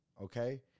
okay